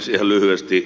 ihan lyhyesti